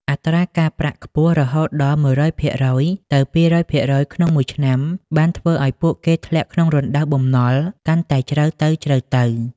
អត្រាការប្រាក់ខ្ពស់រហូតដល់ ១០០% ទៅ ២០០% ក្នុងមួយឆ្នាំ បានធ្វើឱ្យពួកគេធ្លាក់ក្នុងរណ្ដៅបំណុលកាន់តែជ្រៅទៅៗ។